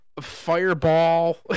Fireball